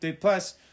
Plus